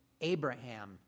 Abraham